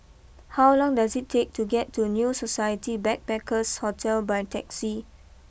how long does it take to get to new Society Backpackers Hotel by taxi